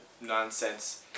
nonsense